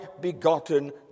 begotten